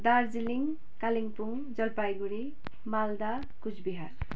Darjeeling Kalimpong Jalpaiguri Malda Cooch Behar